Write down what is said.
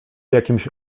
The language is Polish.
jakimś